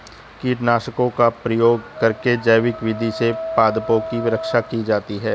कीटनाशकों का प्रयोग करके जैविक विधि से पादपों की रक्षा की जाती है